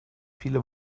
viele